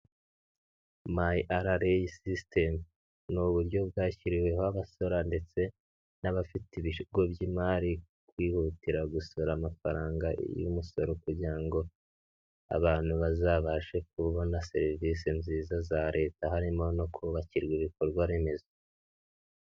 My RRA system ni uburyo bwashyiriweho abasora ndetse n'abafite ibigo by'imari, kwihutira gusora amafaranga y'umusoro kugira ngo abantu bazabashe kubona serivisi nziza za Leta, harimo no kubakirwa ibikorwa remezo.